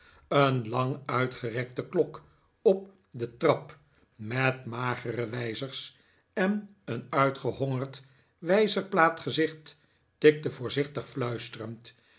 een lang uitgerekte klok op de trap met magere wijzers en een uitgehongerd wijzerplaat gezicht tikte voorzichtig fluisterend